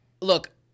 look